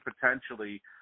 potentially